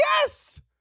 Yes